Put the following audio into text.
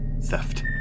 theft